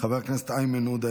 חבר הכנסת איימן עודה,